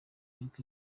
y’uko